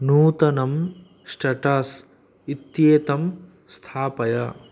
नूतनं स्टेटस् इत्येतं स्थापय